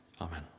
Amen